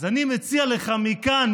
אז אני מציע לך מכאן,